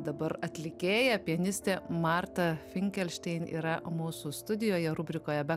dabar atlikėja pianistė marta finkelštein yra mūsų studijoje rubrikoje be